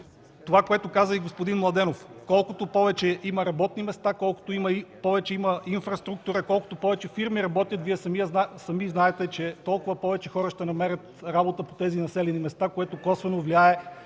Това, което каза и господин Младенов – колкото повече има работни места, колкото повече има инфраструктура, колкото повече фирми работят – Вие сами знаете, че толкова повече хора ще намерят работа в тези населени места, което косвено влияе